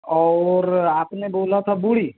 और आप ने बोला था बुड़ी